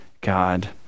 God